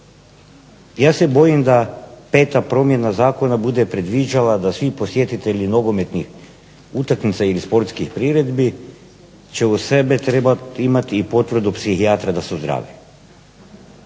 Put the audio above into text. ja se bojim da peta promjena zakona bude predviđala da svi posjetitelji nogometnih utakmica ili sportskih priredbi će uz sebe trebati imati i potvrdu psihijatra da su zdravi.